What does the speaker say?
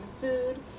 food